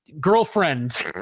Girlfriend